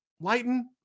Lighten